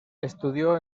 estudió